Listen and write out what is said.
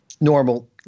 normal